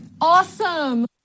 awesome